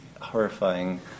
horrifying